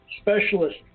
specialist